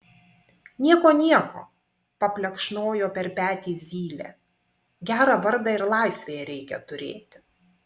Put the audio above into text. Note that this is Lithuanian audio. nieko nieko paplekšnojo per petį zylė gerą vardą ir laisvėje reikia turėti